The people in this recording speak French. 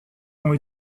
ont